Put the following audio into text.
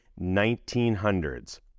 1900s